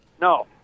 No